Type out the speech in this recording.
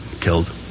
killed